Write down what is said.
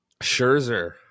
Scherzer